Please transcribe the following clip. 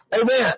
Amen